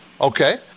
Okay